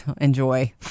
enjoy